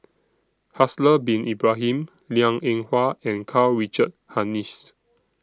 Haslir Bin Ibrahim Liang Eng Hwa and Karl Richard Hanitsch